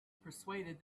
persuaded